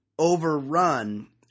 overrun